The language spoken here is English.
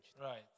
Right